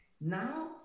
now